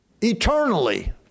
eternally